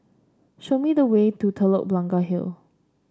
show me the way to Telok Blangah Hill